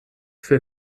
für